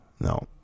No